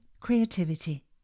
creativity